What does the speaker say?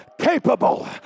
capable